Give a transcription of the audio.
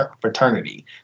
fraternity